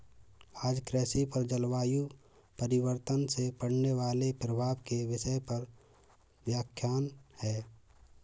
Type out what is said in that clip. आज कृषि पर जलवायु परिवर्तन से पड़ने वाले प्रभाव के विषय पर व्याख्यान है